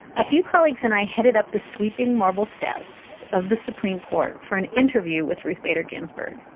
a few colleagues and i headed up the sweeping marble steps of the supreme court for an interview with ruth bader ginsburg.